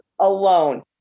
alone